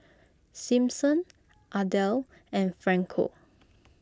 Simpson Adel and Franco